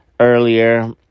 Earlier